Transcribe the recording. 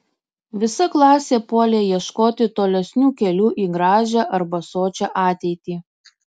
visa klasė puolė ieškoti tolesnių kelių į gražią arba sočią ateitį